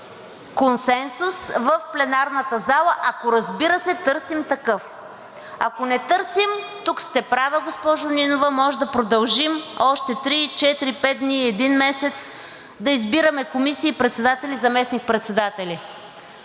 консенсус в пленарната зала, ако разбира се, търсим такъв. Ако не търсим, тук сте права, госпожо Нинова, може да продължим още 3, 4, 5 дни, един месец да избираме комисии, председатели и заместник-председатели.